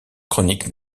chroniques